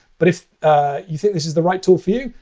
but if you think this is the right tool for you,